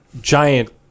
giant